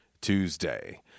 Tuesday